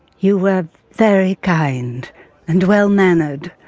you were very kind and well-mannered.